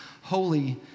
holy